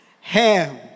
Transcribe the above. ham